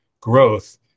growth